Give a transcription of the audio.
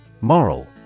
Moral